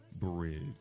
bridge